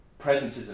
presentism